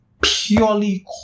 purely